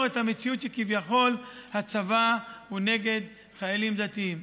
את המציאות שכביכול הצבא הוא נגד חיילים דתיים.